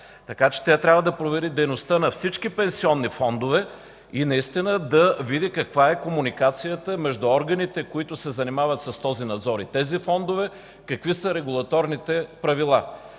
Така че тя трябва да провери дейността на всички пенсионни фондове и наистина да види каква е комуникацията между органите, които се занимават с този надзор и тези фондове, какви са регулаторните правила.